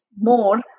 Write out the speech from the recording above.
more